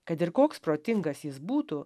kad ir koks protingas jis būtų